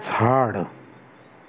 झाड